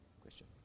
Question